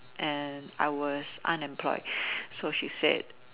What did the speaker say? and I was unemployed so she said